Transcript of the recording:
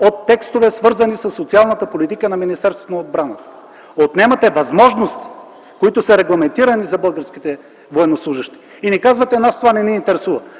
от текстове, свързани със социалната политика на Министерството на отбраната, отнемате възможности, които са регламентирани за българските военнослужещи, и ни казвате: нас това не ни интересува,